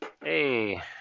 Hey